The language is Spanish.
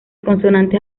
consonantes